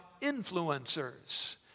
influencers